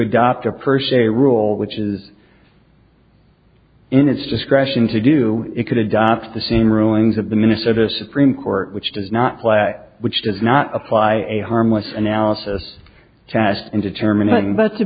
adopt a per se rule which is in its discretion to do it could adopt the same rulings of the minnesota supreme court which does not play which does not apply a harmless analysis test in determining but to